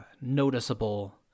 noticeable